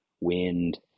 wind